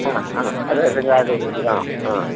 ആ ആ റേഷൻ കാർഡിൻ്റെ കോപ്പി ആ ആ